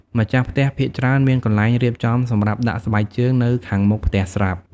ម្ចាស់ផ្ទះភាគច្រើនមានកន្លែងរៀបចំសម្រាប់ដាក់ស្បែកជើងនៅខាងមុខផ្ទះស្រាប់។